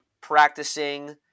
practicing